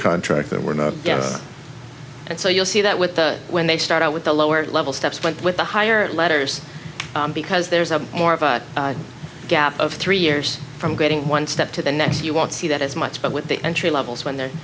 contract that we're not getting and so you'll see that with the when they start out with the lower level steps went with the higher letters because there's a more of a gap of three years from getting one step to the next you won't see that as much but with the entry levels when